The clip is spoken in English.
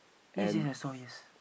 yes yes yes I saw yes